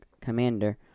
Commander